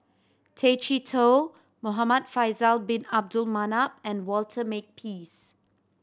Tay Chee Toh Muhamad Faisal Bin Abdul Manap and Walter Makepeace